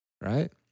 Right